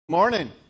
morning